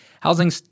Housing